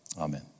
Amen